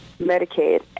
Medicaid